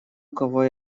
кого